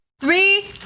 Three